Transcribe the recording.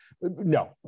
No